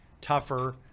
tougher